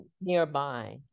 nearby